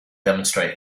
demonstrate